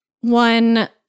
One